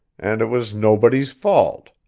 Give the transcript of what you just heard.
and it was nobody's fault.